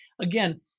Again